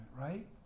right